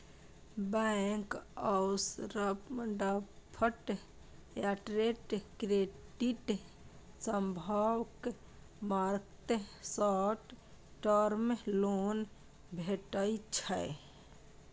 bank overdraft या trade credit सभक मार्फत शॉर्ट टर्म लोन भेटइ छै